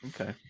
Okay